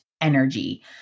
energy